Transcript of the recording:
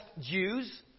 Jews